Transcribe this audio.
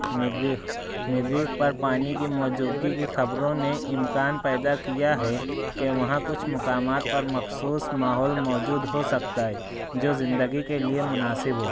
مریخ مریخ پر پانی کی موجودگی کی خبروں نے امکان پیدا کیا ہے کہ وہاں کچھ مقامات پر مخصوص ماحول موجود ہو سکتا ہے جو زندگی کے لئے مناسب ہو